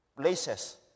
places